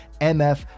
MF